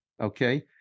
Okay